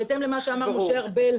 בהתאם למה שאמר חבר הכנסת משה ארבל.